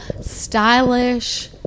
stylish